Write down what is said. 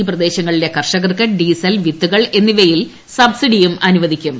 ഈ പ്രദേശങ്ങളിലെ കർഷകർക്ക് ഡീസൽ വിത്തുകൾ എന്നിവയിൽ സബ്സിഡി അനുവദിക്കും